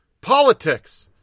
politics